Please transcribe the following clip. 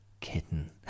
kitten